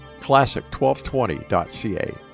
Classic1220.ca